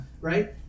Right